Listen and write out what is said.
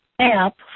app